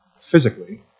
physically